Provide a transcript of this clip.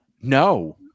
No